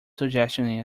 suggestion